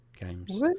games